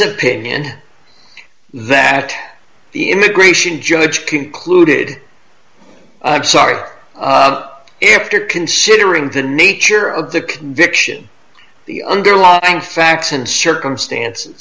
opinion that the immigration judge concluded i'm sorry if they are considering the nature of the conviction the underlying facts and circumstances